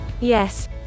Yes